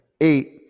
eight